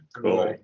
Cool